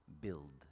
build